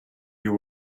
you